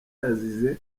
yazize